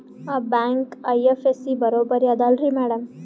ಆ bank IFSC ಬರೊಬರಿ ಅದಲಾರಿ ಮ್ಯಾಡಂ?